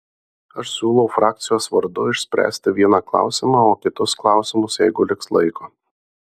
aš siūlau frakcijos vardu išspręsti vieną klausimą o kitus klausimus jeigu liks laiko